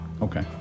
Okay